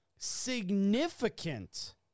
significant